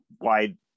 wide